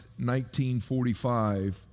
1945